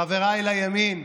חבריי לימין,